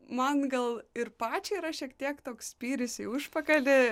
man gal ir pačiai yra šiek tiek toks spyris į užpakalį